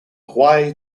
hawaii